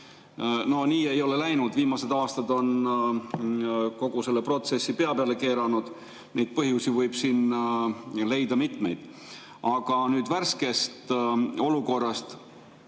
No, nii ei ole läinud. Viimased aastad on kogu selle protsessi pea peale keeranud. Neid põhjusi võib leida mitmeid. Aga nüüd värskest olukorrast.